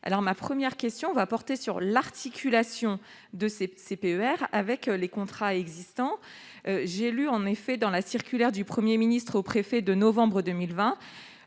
Ma première question porte sur l'articulation des CPER avec les contrats existants. J'ai lu en effet dans la circulaire du Premier ministre aux préfets de novembre 2020